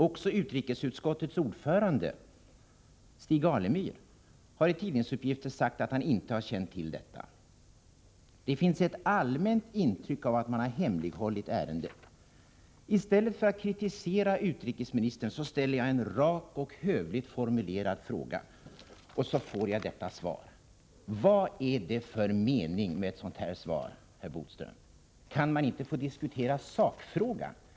Också utrikesutskottets ordförande, Stig Alemyr, har enligt tidningsuppgifter sagt att han inte har känt till detta. Det finns ett allmänt intryck av att man har hemlighållit ärendet. I stället för att kritisera utrikesministern ställer jag en rak och hövligt formulerad fråga. Och så får jag detta svar! Vad är det för mening med ett sådant här svar, herr Bodström? Kan man inte få diskutera sakfrågan.